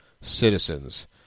citizens